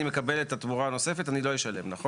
אני מקבל את התמורה הנוספת, אני לא אשלם, נכון?